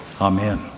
Amen